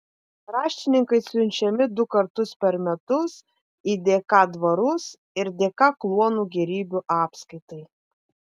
raštininkai siunčiami du kartus per metus į dk dvarus ir dk kluonų gėrybių apskaitai